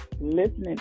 listening